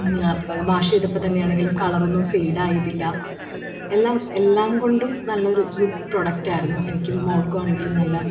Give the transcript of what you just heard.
wash ചെയ്തപ്പൊൾ തന്നെയാണെങ്കിലും കളറൊന്നും ഫെയ്ഡായതില്ല എല്ലാം എല്ലാം കൊണ്ടും നല്ലൊരു ഗുഡ് പ്രോഡക്റ്റായിരുന്നു എനിക്കും മോൾക്കുമാണെങ്കിലും നല്ല